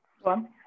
One